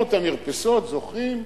רפורמת המרפסות, זוכרים?